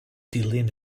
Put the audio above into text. dilyn